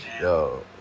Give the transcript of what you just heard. Yo